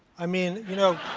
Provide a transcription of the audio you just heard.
i mean, you know,